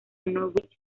norwich